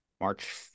March